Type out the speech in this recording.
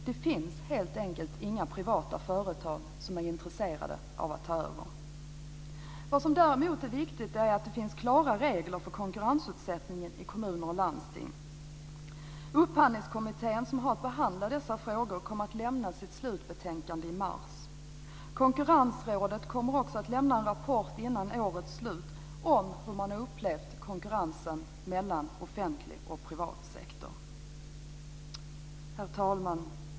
Det finns helt enkelt inga privata företag som är intresserade av att ta över. Vad som däremot är viktigt är att det finns klara regler för konkurrensutsättningen i kommuner och landsting. Upphandlingskommittén, som har att behandla dessa frågor, kommer att lämna sitt slutbetänkande i mars. Konkurrensrådet kommer också att lämna en rapport före årets slut om hur man har upplevt konkurrensen mellan offentlig och privat sektor. Herr talman!